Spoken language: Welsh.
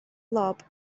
lob